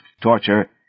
torture